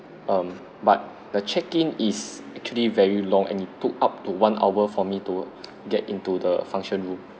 um but the check in is actually very long and it took up to one hour for me to get into the function room